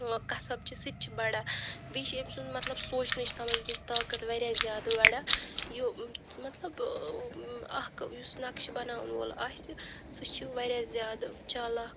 کسب چھِ سُہ تہِ چھُ بڑان بیٚیہِ چھٕ أمۍ سُنٛد مطلب سونچنٕچ سمجنٕچ طاقت واریاہ زیادٕ بڑان یہِ مطلب اَکھ یُس نقشہٕ بناوان وول آسہِ سُہ چھُ واریاہ زیادٕ چالاک